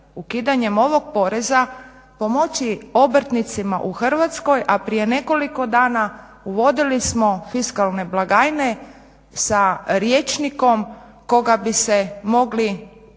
ukidanjem ovog poreza pomoći obrtnicima u Hrvatskoj, a prije nekoliko dana uvodili smo fiskalne blagajne sa rječnikom koga bi se mogli